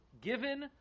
given